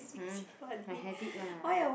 hmm my habit lah